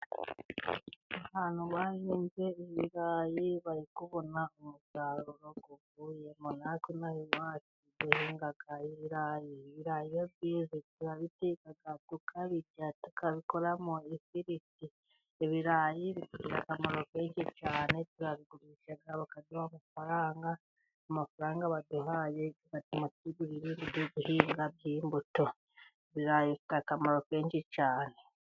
Abantu bahinze ibirayi bari kubona umusaruro uvuyemo, natwe inaha iwacu duhinga ibirayi, ibirayi iyo byeze turabiteka, tukabirya, tukabikoramo ifiriti, ibirayi bigira akamaro kenshi cyane turabigurisha bakaduha amafaranga, amafaranga baduhaye agatuma twigurira ibindi byo guhinga by'imbuto, ibirayi bifite akamaro kenshi cyane.